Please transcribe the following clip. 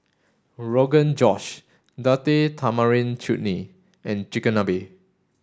Rogan Josh Tamarind Chutney and Chigenabe